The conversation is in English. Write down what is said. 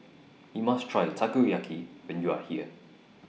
YOU must Try Takoyaki when YOU Are here